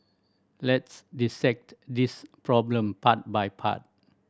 let's dissect this problem part by part